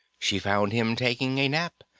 she found him taking a nap,